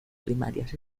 primarias